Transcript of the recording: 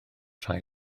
rhai